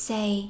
Say